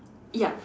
ya